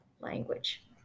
language